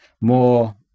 more